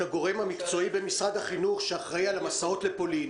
כגורם המקצועי במשרד החינוך שאחראי על המסעות לפולין,